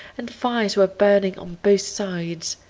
and fires were burning on both sides.